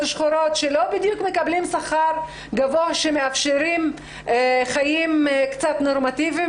שחורות ולא מקבלים שכר גבוה שמאפשר חיים נורמטיביים.